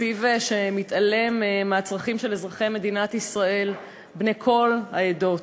תקציב שמתעלם מהצרכים של אזרחי מדינת ישראל בני כל העדות.